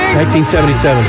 1977